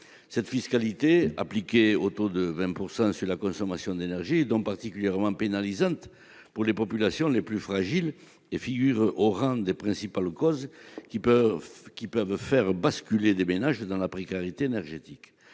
Cette fiscalité appliquée au taux de 20 % sur la consommation d'énergie est donc particulièrement pénalisante pour les populations les plus fragiles et figure au rang des principales causes qui peuvent faire basculer des ménages dans la précarité énergétique.